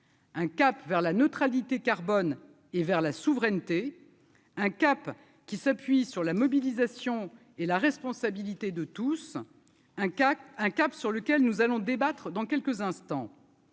un cap vers la neutralité carbone et vers la souveraineté un cap qui s'appuie sur la mobilisation et la responsabilité de tous un cake, un cap sur lequel nous allons débattre dans quelques instants.